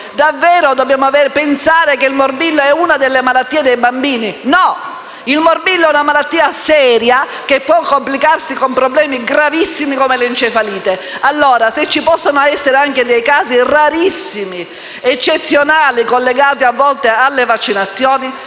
Davvero dobbiamo pensare che il morbillo è una malattia da bambini? No, il morbillo è una malattia seria, che può complicarsi con problemi gravissimi come l'encefalite. Pertanto, anche se ci possono essere casi rarissimi, eccezionali, collegati talvolta alle vaccinazioni,